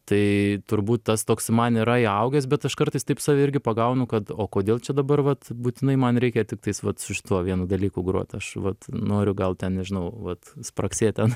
tai turbūt tas toks man yra įaugęs bet aš kartais taip save irgi pagaunu kad o kodėl čia dabar vat būtinai man reikia tiktais vat su šituo vienu dalyku grot aš vat noriu gal ten nežinau vat spragsėt ten